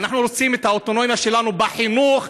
אנחנו רוצים את האוטונומיה שלנו בחינוך,